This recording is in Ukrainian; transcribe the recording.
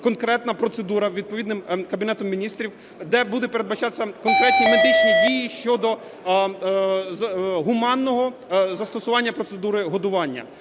конкретна процедура відповідно Кабінетом Міністрів, де будуть передбачатися конкретні медичні дії щодо гуманного застосування процедури годування.